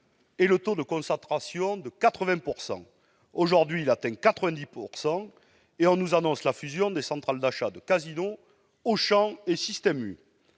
et le taux de concentration atteignait 80 %. Aujourd'hui, celui-ci est égal à 90 %, et on nous annonce la fusion des centrales d'achat de Casino, Auchan et Système U.